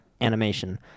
animation